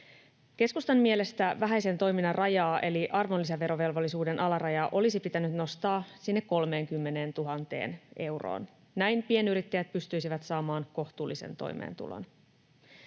Keskustan mielestä vähäisen toiminnan rajaa eli arvonlisävelvollisuuden alarajaa olisi pitänyt nostaa sinne 30 000 euroon. Näin pienyrittäjät pystyisivät saamaan kohtuullisen toimeentulon.